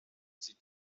sie